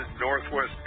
Northwest